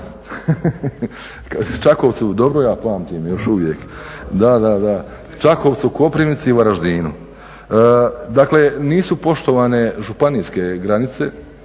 Da, da, da. Čakovcu, Koprivnici, Varaždinu. Dakle, nisu poštovane županijske granice,